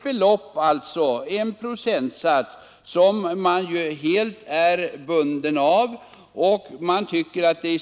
I dag är man helt bunden till nivån 50 procent.